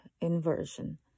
inversion